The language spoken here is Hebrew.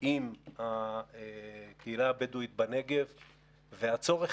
עם הקהילה הבדואית בנגב והצורך,